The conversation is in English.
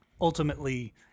ultimately